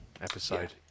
episode